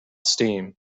steam